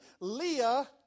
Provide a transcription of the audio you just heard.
Leah